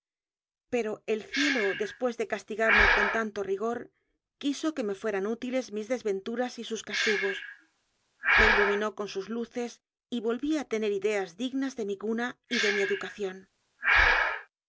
pero el cielo después de castigarme con tanto rigor quiso que me fue ran útiles mis desventuras y sus castigos me ilu minó con sus luces y volví a tener ideás dignas de mi cuna y de mi educación